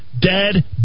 Dead